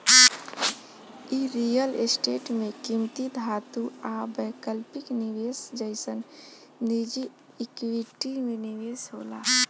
इ real estate में किमती धातु आ वैकल्पिक निवेश जइसन निजी इक्विटी में निवेश होला